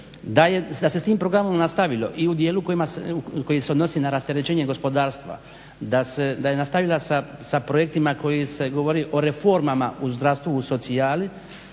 Da se s tim programom nastavilo i u dijelu koji se odnosi na rasterećenje gospodarstva, da je nastavila sa projektima kojim se govori u reformama u zdravstvu i socijali,